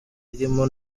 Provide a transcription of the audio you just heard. irimo